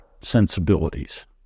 sensibilities